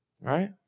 Right